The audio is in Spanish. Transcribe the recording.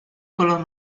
color